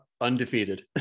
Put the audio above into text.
undefeated